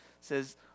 says